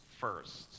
first